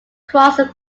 cross